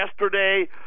yesterday